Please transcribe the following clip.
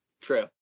True